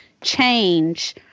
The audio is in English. change